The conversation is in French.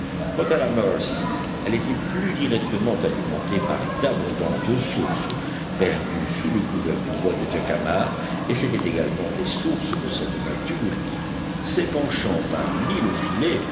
quant à la mercy elle était plus directement alimentée par d'abondantes sources perdues sous le couvert du bois de jacamar et c'étaient également des sources de cette nature qui s'épanchant par mille filets